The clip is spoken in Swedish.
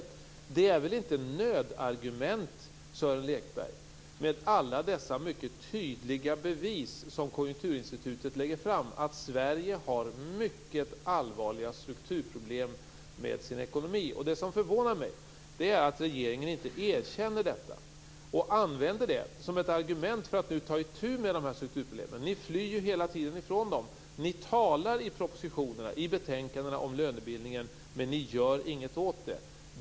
Det är väl inte nödargument, Sören Lekberg, med alla dessa tydliga bevis som Konjunkturinstitutet lägger fram, dvs. att Sverige har mycket allvarliga strukturproblem med sin ekonomi? Det som förvånar mig är att regeringen inte erkänner detta och använder det som argument för att ta itu med strukturproblemen. Ni flyr hela tiden från dem. Ni talar i propositionerna och betänkandena om lönebildningen, men ni gör inget åt den.